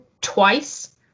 twice